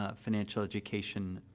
ah financial education, ah,